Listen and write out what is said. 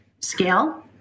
scale